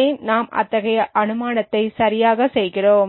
ஏன் நாம் அத்தகைய அனுமானத்தை சரியாக செய்கிறோம்